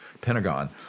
Pentagon